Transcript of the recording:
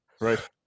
Right